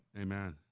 Amen